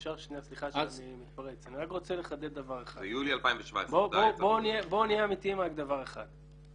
אני רק רוצה לחדד דבר אחד בואו נהיה אמיתיים על דבר אחד,